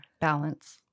Balance